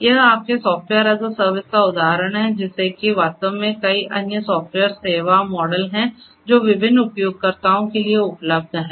यह आपके software as a सेवा का एक उदाहरण है जैसे कि वास्तव में कई अन्य सॉफ्टवेयर सेवा मॉडल हैं जो विभिन्न उपयोगकर्ताओं के लिए उपलब्ध हैं